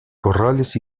corrales